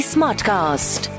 Smartcast